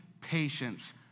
patience